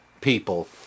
people